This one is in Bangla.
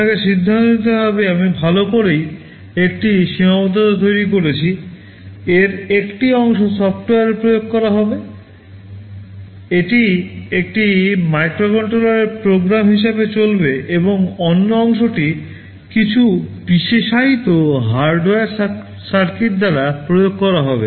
আপনাকে সিদ্ধান্ত নিতে হবে আমি ভাল করেই একটি সীমাবদ্ধতা তৈরি করেছি এর একটি অংশ সফ্টওয়্যারে প্রয়োগ করা হবে এটি একটি মাইক্রোকন্ট্রোলারের প্রোগ্রাম দ্বারা প্রয়োগ করা হবে